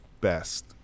best